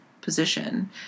position